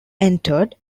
entered